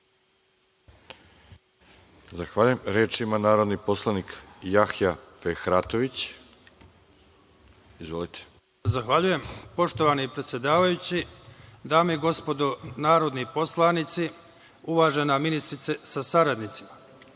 Zahvaljujem. Reč ima narodni poslanik Jahja Fehratović. **Jahja Fehratović** Zahvaljujem. Poštovani predsedavajući, dame i gospodo narodni poslanici, uvažena ministarko sa saradnicima,